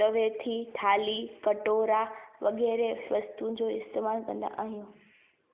तवे थी थाल्ही कटोरा वग़ैरह वस्तुनि जो इस्तेमालु कंदा आहियूं